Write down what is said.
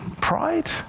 pride